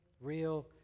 Real